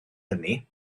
hynny